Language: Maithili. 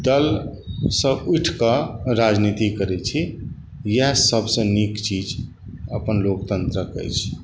दलसँ उठिकऽ राजनीति करै छी इएह सबसँ नीक चीज अपन लोकतन्त्रके अछि